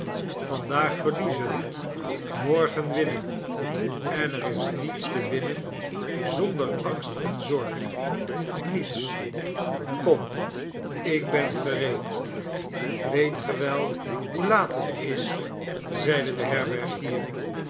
vandaag verliezen morgen winnen en er is niets te winnen zonder angst en zorg niets kom ik ben gereed weet ge wel hoe laat het is zeide de herbergier